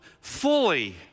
fully